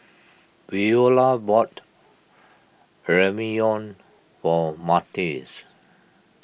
Veola bought Ramyeon for Matias